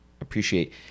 appreciate